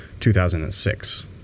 2006